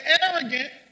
arrogant